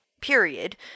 period